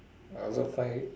I also find